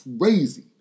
crazy